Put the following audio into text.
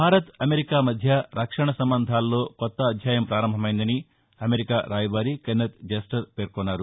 Bharat America మధ్య రక్షణ సంబంధాలలో కొత్త అధ్యాయం పారంభమైందని అమెరికా రాయభారి కెన్నత్ జస్టర్ పేర్కొన్నారు